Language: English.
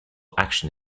action